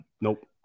Nope